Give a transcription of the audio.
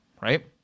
right